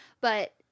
but-